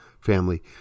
family